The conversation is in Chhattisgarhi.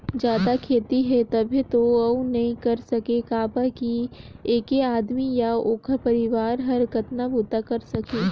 जादा खेती हे तभे तो अउ नइ कर सके काबर कि ऐके आदमी य ओखर परवार हर कतना बूता करे सकही